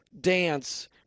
dance